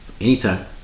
Anytime